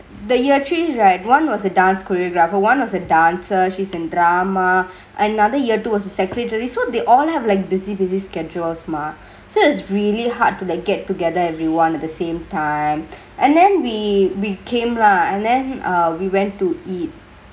the year three right one was a dance choreographer one was a dancer she's in drama another year towards the secretary so they all have like busy busy schedules mah so it's really hard to get together everyone at the same time and then we we came lah and then err we went to eat